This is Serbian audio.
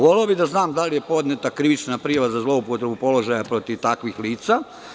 Voleo bih da znam da li je podneta krivična prijava za zloupotrebu položaja protiv takvih lica?